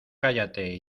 cállate